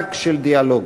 המובהק של דיאלוג.